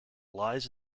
lies